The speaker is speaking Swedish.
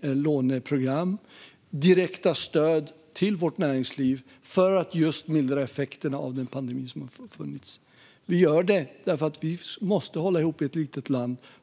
låneprogram och direkta stöd till vårt näringsliv för att just mildra effekterna av den pandemi som finns. Vi gör detta eftersom vi måste hålla ihop i ett litet land.